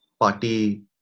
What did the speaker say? party